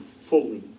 fully